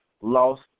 lost